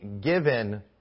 given